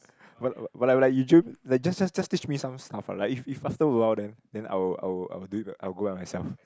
will I like Eugene like just just just teach me some stuff like if if after a while then then I will I will I will do it I will go by myself